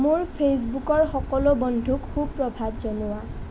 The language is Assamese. মোৰ ফেইচবুকৰ সকলো বন্ধুক সু প্ৰভাত জনোৱা